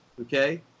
okay